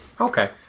Okay